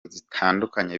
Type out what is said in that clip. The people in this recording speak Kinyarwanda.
zitandukanye